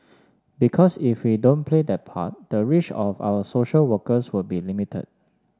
because if we don't play that part the reach of our social workers will be limited